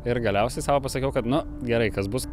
ir galiausiai sau pasakiau kad nu gerai kas bus